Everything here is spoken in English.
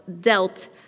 dealt